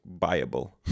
viable